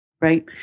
Right